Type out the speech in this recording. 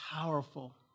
powerful